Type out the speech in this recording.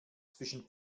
zwischen